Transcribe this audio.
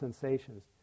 sensations